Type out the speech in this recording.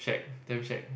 shag damn shag